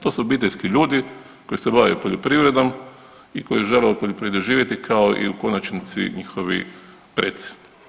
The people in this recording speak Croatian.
To su obiteljski ljudi koji se bave poljoprivredom i koji žele od poljoprivrede živjeti kao i u konačnici, njihovi preci.